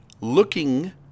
looking